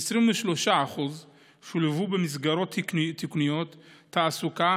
23% שולבו במסגרות תיקוניות תעסוקה,